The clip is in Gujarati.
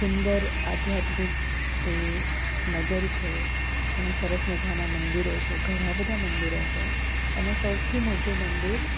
સુંદર આધ્યાત્મિક એ નગર છે એમાં સરસ મજાનાં મંદિરો છે ઘણાબધા મંદિરો છે એમાં સૌથી મોટું મંદિર